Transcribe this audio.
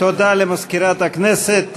תודה למזכירת הכנסת.